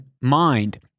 mind